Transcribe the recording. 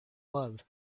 love